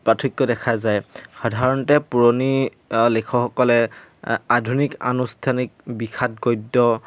পাৰ্থক্য দেখা যায় সাধাৰণতে পুৰণি লেখকসকলে আধুনিক আনুষ্ঠানিক বিষাদ গদ্য